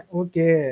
okay